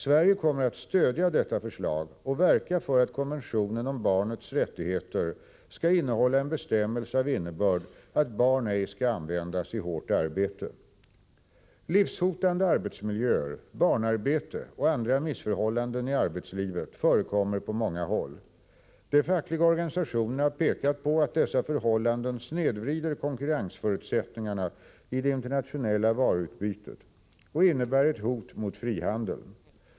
Sverige kommer att stödja detta förslag och verka för att konventionen om barnets rättigheter skall innehålla en bestämmelse av innebörd att barn ej skall användas i hårt arbete. Livshotande arbetsmiljöer, barnarbete och andra missförhållanden i arbetslivet förekommer på många håll. De fackliga organisationerna har pekat på att dessa förhållanden snedvrider konkurrensförutsättningarna i det internationella varuutbytet och innebär ett hot mot frihandeln.